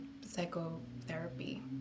psychotherapy